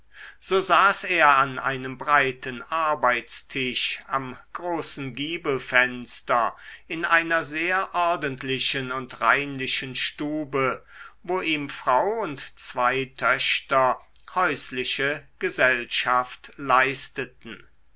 so saß er an einem breiten arbeitstisch am großen giebelfenster in einer sehr ordentlichen und reinlichen stube wo ihm frau und zwei töchter häusliche gesellschaft leisteten